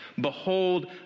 Behold